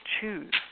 choose